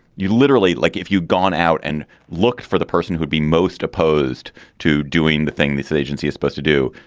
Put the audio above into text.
you literally like if you've gone out and look for the person who'd be most opposed to doing the thing this agency is supposed to do.